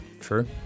True